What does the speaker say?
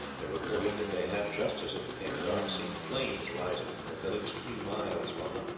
they reported that they had, just as it became dark, seen flames rising from a village three miles from them,